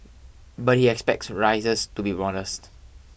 but he expects rises to be modest